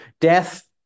Death